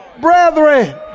brethren